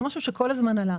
זה משהו שכל הזמן עלה.